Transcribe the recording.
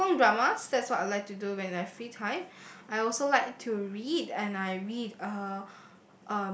um Hong-Kong dramas that's what I like to do when I have free time I also like to read and I read uh